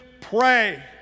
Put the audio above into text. pray